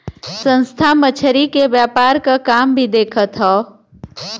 संस्था मछरी के व्यापार क काम भी देखत हौ